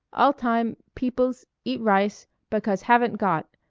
all time peoples eat rice because haven't got.